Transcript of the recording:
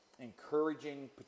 encouraging